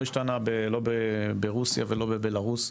לא השתנה, לא ברוסיה ולא בבלרוס,